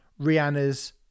Rihanna's